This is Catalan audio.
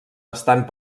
estant